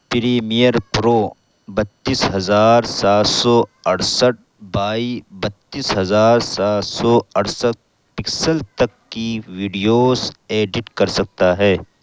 premiere Pro بتیس ہزار سات سو اڑسٹھ بائی بتیس ہزار سات سو اڑسٹھ پکسل تک کی ویڈیوز ایڈٹ کر سکتا ہے